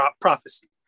prophecy